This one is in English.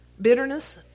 Bitterness